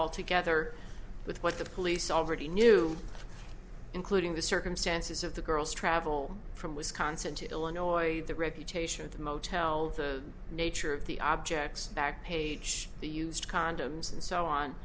all together with what the police already knew including the circumstances of the girl's travel from wisconsin to illinois the reputation of the motel the nature of the objects back page the used condoms and so on